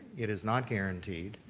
it is not guaranteed.